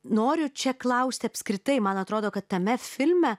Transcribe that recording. noriu čia klausti apskritai man atrodo kad tame filme